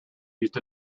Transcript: used